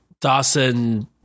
Dawson